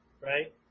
right